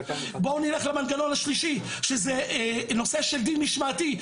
בואו נלך למנגנון השלישי שזה נושא של דין משמעתי.